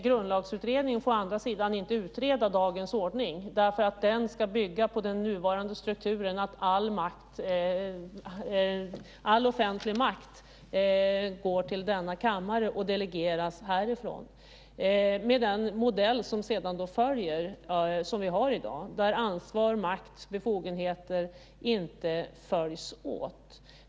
Grundlagsutredningen får å andra sidan inte utreda dagens ordning, därför att den ska bygga på den nuvarande strukturen att all offentlig makt går till denna kammare och delegeras härifrån med den modell som sedan följer och som vi har i dag, där ansvar, makt och befogenheter inte följs åt.